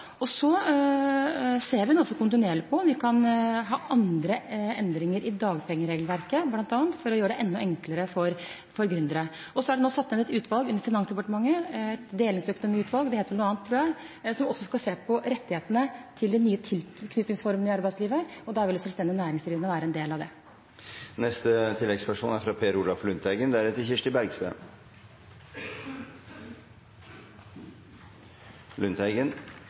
Vi ser også kontinuerlig på om vi kan foreta andre endringer i dagpengeregelverket, bl.a. for å gjøre det enda enklere for gründere. Og så er det nå satt ned et utvalg under Finansdepartementet, et delingsøkonomiutvalg – det heter noen annet, tror jeg – som også skal se på rettighetene til de nye tilknytningsformene i arbeidslivet, og selvstendig næringsdrivende vil være en del av det. Per Olaf Lundteigen – til oppfølgingsspørsmål. Ved økende ledighet er